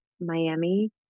Miami